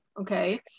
okay